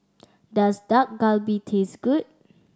does Dak Galbi taste good